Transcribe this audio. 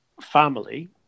family